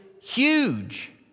huge